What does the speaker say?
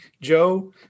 Joe